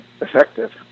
effective